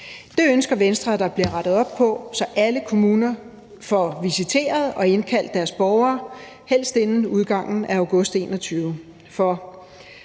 Det ønsker Venstre at der bliver rettet op på, så alle kommuner får visiteret og indkaldt deres borgere, helst inden udgangen af august 2021.